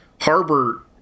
harbor